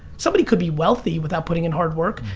somebody could be wealthy without putting in hard work.